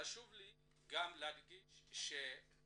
חשוב לי גם להדגיש שתתייחסו